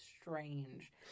strange